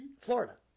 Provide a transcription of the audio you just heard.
Florida